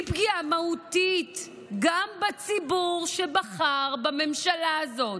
היא פגיעה מהותית גם בציבור שבחר בממשלה הזאת,